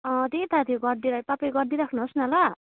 अँ त्यही त त्यो गरिदिई रा तपाईँ गरिदिई राख्नुहोस् न ल है